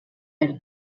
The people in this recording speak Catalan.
per